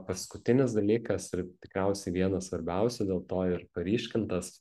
paskutinis dalykas ir tikriausiai vienas svarbiausių dėl to ir paryškintas